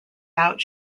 out